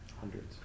hundreds